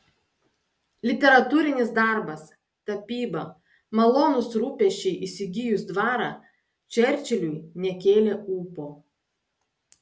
literatūrinis darbas tapyba malonūs rūpesčiai įsigijus dvarą čerčiliui nekėlė ūpo